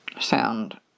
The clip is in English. sound